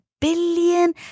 billion